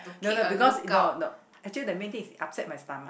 no no because no no actually the main thing is upset my stomach